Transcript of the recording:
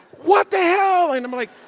what the hell? and i'm like,